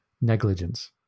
negligence